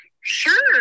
Sure